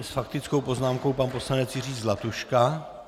S faktickou poznámkou pan poslanec Jiří Zlatuška.